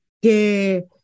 que